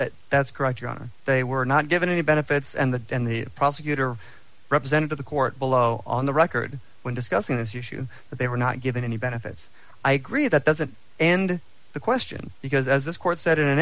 testimony that's correct your honor they were not given any benefits and the and the prosecutor represented to the court below on the record when discussing this you shoe that they were not given any benefits i agree that that's an end the question because as this court said in